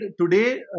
today